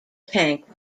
tank